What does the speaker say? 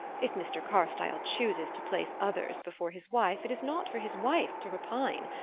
if mr. carstyle chooses to place others before his wife it is not for his wife to repine.